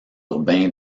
urbain